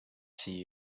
see